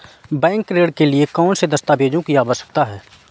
Bank ऋण के लिए कौन से दस्तावेजों की आवश्यकता है?